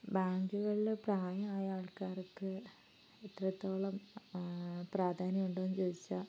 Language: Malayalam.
ബാങ്കുകളിൽ പ്രായമായ ആൾക്കാരൊക്കെ എത്രത്തോളം പ്രാധാന്യം ഉണ്ടെന്നു ചോദിച്ചാൽ